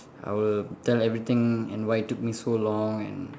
I will tell everything and why it took me so long and